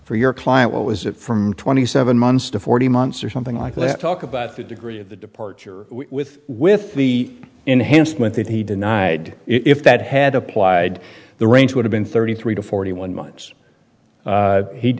for your client what was it from twenty seven months to forty months or something like that talk about the degree of the departure with with the enhanced meant that he denied if that had applied the range would have been thirty three to forty one m